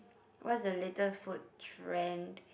what's the latest food trend